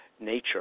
nature